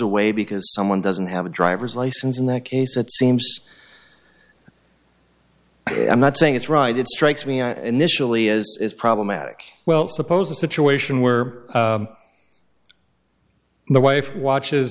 away because someone doesn't have a driver's license in that case it seems i'm not saying it's right it strikes me initially as is problematic well suppose a situation where the wife watches